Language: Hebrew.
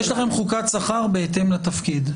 יש לכם חוקת שכר בהתאם לתפקיד?